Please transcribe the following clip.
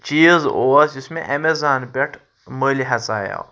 چیٖز اوس یُس مےٚ ایٚمیزان پٮ۪ٹھ مٔلۍ ہیٚژایاو